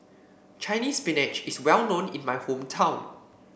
Chinese Spinach is well known in my hometown